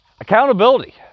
accountability